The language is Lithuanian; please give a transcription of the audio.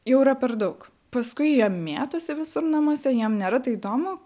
jau yra per daug paskui jie mėtosi visur namuose jiem nėra tai įdomu